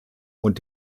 und